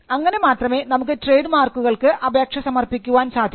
അങ്ങനെ മാത്രമേ നമുക്ക് ട്രേഡ് മാർക്കുകൾക്ക് അപേക്ഷ സമർപ്പിക്കാൻ സാധിക്കൂ